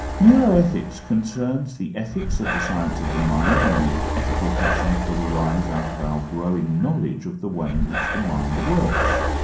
neuroethics concerns the ethics of the science of the mind and the ethical questions that arise out of our growing knowledge of the way in which the mind works.